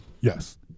yes